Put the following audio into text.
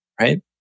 right